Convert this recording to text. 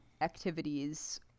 activities